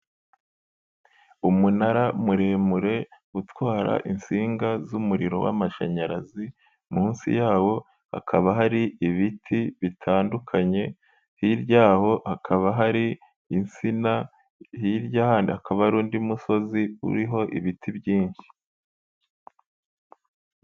Umunara muremure utwara insinga z'umuriro w'amashanyarazi munsi yawo hakaba hari ibiti bitandukanye ,hiryaho hakaba hari insina, hirya kandi hakaba hari undi musozi uriho ibiti byinshi.